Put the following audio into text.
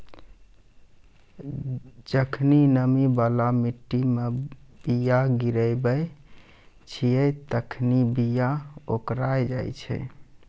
जखनि नमी बाला मट्टी मे बीया गिराबै छिये तखनि बीया ओकराय जाय छै